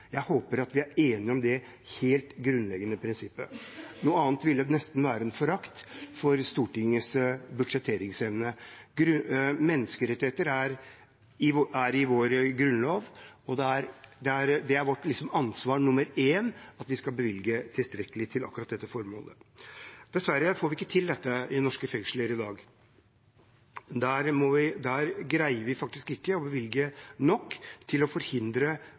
Jeg håper at vi er enige om det helt grunnleggende prinsippet, noe annet ville nesten være en forakt for Stortingets budsjetteringsevne. Menneskerettigheter er nedfelt i vår grunnlov, og det er vårt ansvar nummer én at vi skal bevilge tilstrekkelig med midler til dette formålet. Dessverre får vi ikke til dette i norske fengsler i dag. Vi greier faktisk ikke å bevilge nok til å forhindre